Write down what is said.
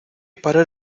parar